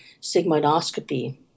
sigmoidoscopy